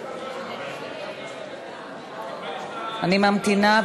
אני ממתינה.